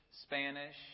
Spanish